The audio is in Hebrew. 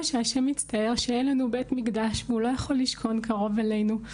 שה' מצטער שאין לנו בית מקדש והוא לא יכול לשכון קרוב אלינו,